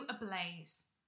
ablaze